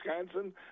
wisconsin